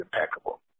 impeccable